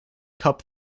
cup